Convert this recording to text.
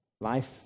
Life